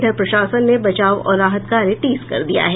इधर प्रशासन ने बचाव और राहत कार्य तेज कर दिया है